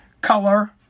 color